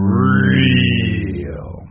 real